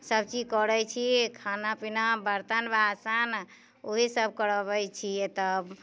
सभचीज करै छी खाना पीना बर्तन बासन ओइ सभ करऽ अबै छियै तब